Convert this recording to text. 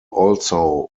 also